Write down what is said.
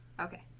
okay